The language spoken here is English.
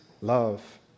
love